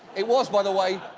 it was, by the way,